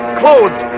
clothes